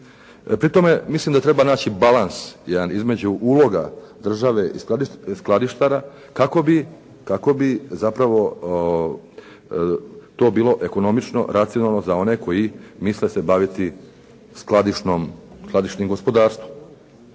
Pri tome mislim da treba naći balans jedan između uloga države i skladištara kako bi zapravo to bilo ekonomično, racionalno za one koji misle se baviti skladišnim gospodarstvom.